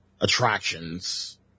attractions